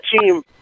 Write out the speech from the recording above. team